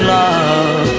love